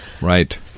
Right